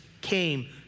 came